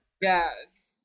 Yes